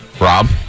Rob